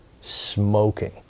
smoking